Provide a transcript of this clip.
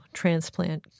transplant